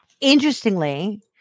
interestingly